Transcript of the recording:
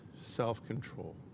self-control